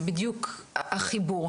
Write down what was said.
זה בדיוק החיבור.